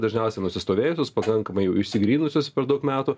dažniausiai nusistovėjusius pakankamai jau išsigryninusius per daug metų